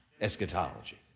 eschatology